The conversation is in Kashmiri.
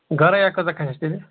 گرٲیٛا کٲژاہ کھژیٚس تیٚلہِ